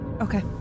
Okay